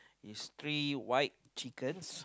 is three white chickens